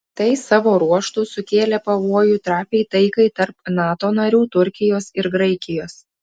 tai savo ruožtu sukėlė pavojų trapiai taikai tarp nato narių turkijos ir graikijos